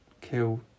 Kill